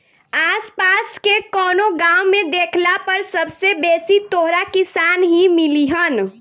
आस पास के कवनो गाँव में देखला पर सबसे बेसी तोहरा किसान ही मिलिहन